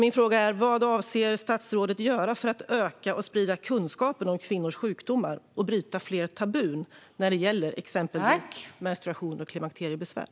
Min fråga är: Vad avser statsrådet att göra för att öka och sprida kunskapen om kvinnors sjukdomar och bryta fler tabun när det gäller exempelvis menstruation och klimakteriebesvär?